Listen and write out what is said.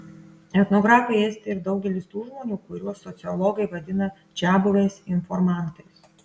etnografai esti ir daugelis tų žmonių kuriuos sociologai vadina čiabuviais informantais